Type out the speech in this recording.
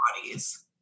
bodies